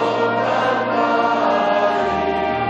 כ' בשבט תשע"ב,